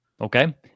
okay